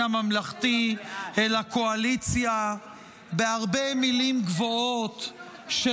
הממלכתי אל הקואליציה בהרבה מילים גבוהות של